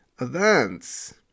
events